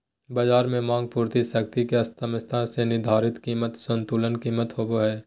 बज़ार में मांग पूर्ति शक्ति के समस्थिति से निर्धारित कीमत संतुलन कीमत होबो हइ